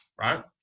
Right